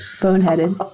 bone-headed